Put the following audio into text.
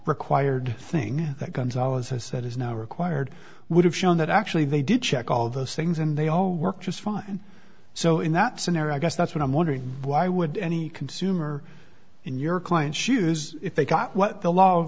required thing that gonzales has said is now required would have shown that actually they did check all those things and they all work just fine so in that scenario i guess that's what i'm wondering why would any consumer in your client shoes if they got what the law